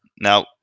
Now